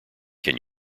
can